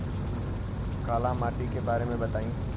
काला माटी के बारे में बताई?